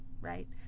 right